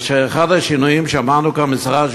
ואחד השינויים שאמרו לנו כאן ממשרד הבינוי